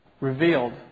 revealed